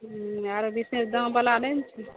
हूँ आरो बिशेष दाम बला नहि ने छै